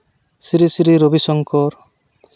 Shri Sri ᱨᱚᱵᱤᱥᱚᱝᱠᱚ